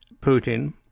Putin